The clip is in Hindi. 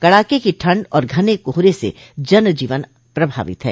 कड़ाके की ठंड और घने कोहरे से जन जीवन प्रभावित है